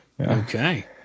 Okay